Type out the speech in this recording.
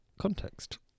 context